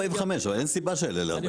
אין סיבה שיעלה ל-45 ₪.